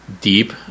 deep